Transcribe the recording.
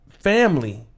Family